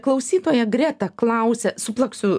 klausytoja greta klausia suplaksiu